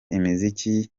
imiziki